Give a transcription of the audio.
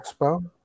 Expo